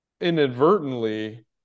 inadvertently